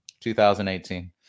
2018